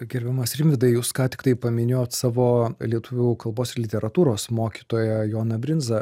gerbiamas rimvydai jūs ką tiktai paminėjot savo lietuvių kalbos ir literatūros mokytoją joną brindzą